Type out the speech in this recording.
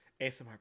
ASMR